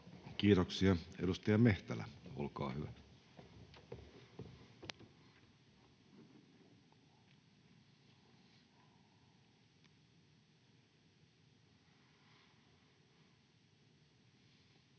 Kiitoksia. — Edustaja Mehtälä, olkaa hyvä. [Speech